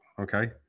okay